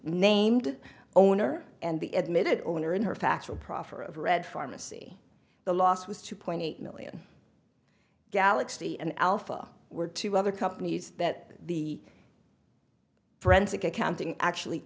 named owner and the admitted owner in her factual proffer of red pharmacy the loss was two point eight million galaxy and alpha were two other companies that the forensic accounting actually